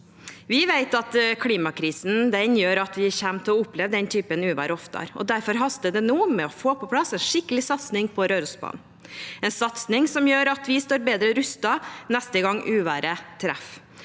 Vi vet at klimakrisen gjør at vi kommer til å oppleve den typen uvær oftere. Derfor haster det nå med å få på plass en skikkelig satsing på Rørosbanen, en satsing som gjør at vi står bedre rustet neste gang uværet treffer.